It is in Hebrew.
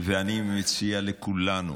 אני מציע לכולנו